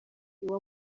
uba